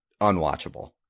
unwatchable